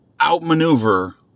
outmaneuver